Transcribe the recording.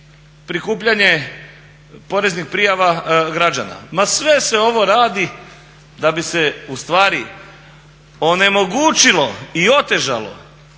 prikupljanje poreznih prijava građana? Ma sve se ovo radi da bi se ustvari onemogućilo i otežalo